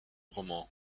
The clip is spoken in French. roman